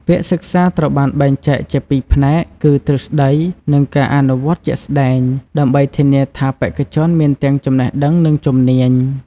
វគ្គសិក្សាត្រូវបានបែងចែកជាពីរផ្នែក គឺទ្រឹស្តី និងការអនុវត្តជាក់ស្តែង ដើម្បីធានាថាបេក្ខជនមានទាំងចំណេះដឹង និងជំនាញ។